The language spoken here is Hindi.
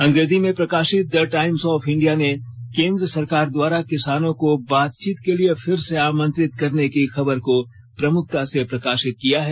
अंग्रेजी में प्रकाशित द टाइम्स ऑफ इंडिया ने केन्द्र सरकार द्वारा किसानों को बातचीत के लिए फिर से आमंत्रित करने की खबर को प्रमुखता से प्रकाशित किया है